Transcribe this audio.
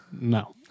No